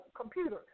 computer